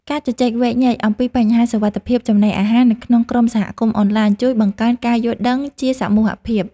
ការជជែកវែកញែកអំពីបញ្ហាសុវត្ថិភាពចំណីអាហារនៅក្នុងក្រុមសហគមន៍អនឡាញជួយបង្កើនការយល់ដឹងជាសមូហភាព។